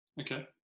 Okay